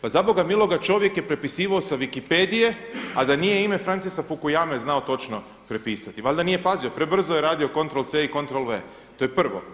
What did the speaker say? Pa zaboga miloga čovjek je prepisivao sa Wikipedie, a da nije ime Francisa Fukuyame znao točno prepisati, valjda nije pazio prebrzo je radio ctrl C i ctrl V to je prvo.